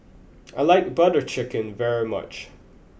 I like Butter Chicken very much